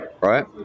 right